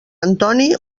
antoni